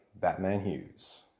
Batman-Hughes